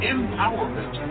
Empowerment